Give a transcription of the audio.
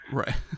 right